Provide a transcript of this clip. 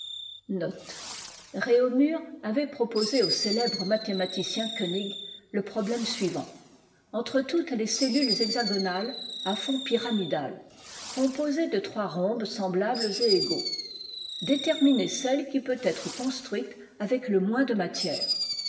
avait proposé au célèbre mathématicien kœnig le problème suivant entre toutes les cellales imagonales à fond pyramidal composé de trois rhombes semblables et égaux déterminer ceue qui peut être construite avec le moins de matière